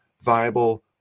viable